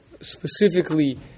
specifically